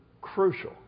crucial